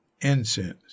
incense